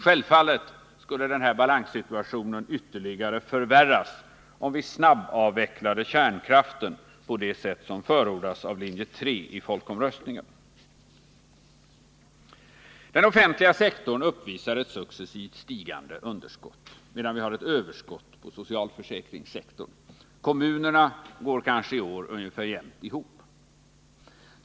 Självfallet skulle den här balanssituationen ytterligare förvärras om vi snabbavvecklade kärnkraften på det sätt som förordas av linje 3 i folkomröstningen. Den offentliga sektorn uppvisar ett successivt stigande underskott, medan vi har ett överskott på socialförsäkringssektorn. Kommunerna kanske i år går ungefär jämnt ihop.